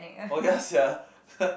oh ya sia